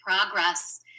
progress